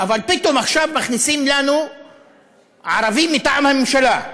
אבל פתאום עכשיו מכניסים לנו ערבי מטעם הממשלה,